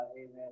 Amen